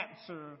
answer